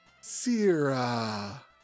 Sira